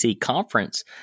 conference